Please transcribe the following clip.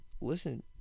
listen